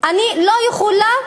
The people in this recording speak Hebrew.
אני לא יכולה,